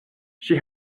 she